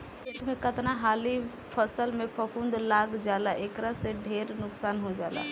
खेत में कतना हाली फसल में फफूंद लाग जाला एकरा से ढेरे नुकसान हो जाला